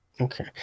okay